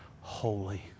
holy